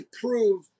prove